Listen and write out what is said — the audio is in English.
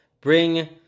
bring